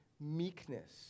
meekness